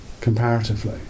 comparatively